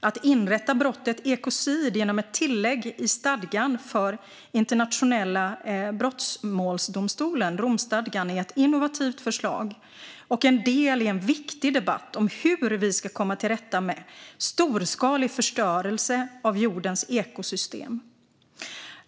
Att inrätta brottet ekocid genom ett tillägg i stadgan för Internationella brottmålsdomstolen, Romstadgan, är ett innovativt förslag och en del i en viktig debatt om hur vi ska kunna komma till rätta med storskalig förstörelse av jordens ekosystem.